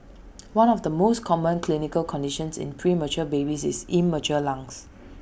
one of the most common clinical conditions in premature babies is immature lungs